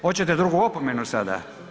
Hoćete drugu opomenu sada.